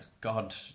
God